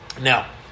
Now